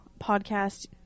podcast